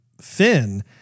Finn